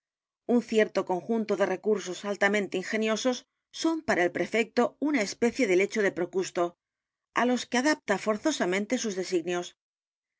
un cierto conjunto de recursos altamente ingeniosos son para el prefecto una especie de lecho de procusto á los que adapta forzadamente sus designios